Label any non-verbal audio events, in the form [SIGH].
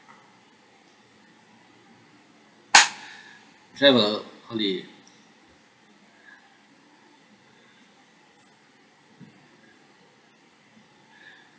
[BREATH] travel holiday [BREATH] [BREATH]